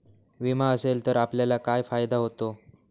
विमा असेल तर आपल्याला काय फायदा होतो?